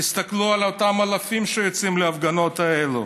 תסתכלו על אותם אלפים שיוצאים להפגנות האלה,